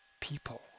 people